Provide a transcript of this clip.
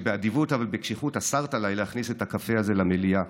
שבאדיבות אבל בקשיחות אסרת עליי להכניס את הקפה הזה למליאה.